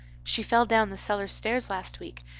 she fell down the cellar stairs last week.